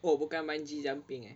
oh bukan bungee jumping eh